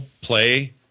play